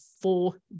four